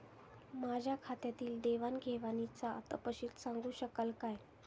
माझ्या खात्यातील देवाणघेवाणीचा तपशील सांगू शकाल काय?